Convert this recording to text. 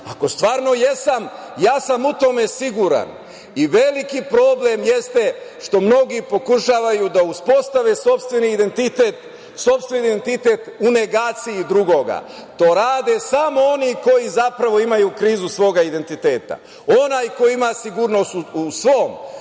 Ako stvarno jesam, ja sam u tome siguran. Veliki problem jeste što mnogi pokušavaju da uspostave sopstveni identitet u negaciji drugoga. To rade samo oni koji zapravo imaju krizu svog identiteta. Onaj ko ima sigurnost u svom